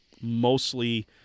mostly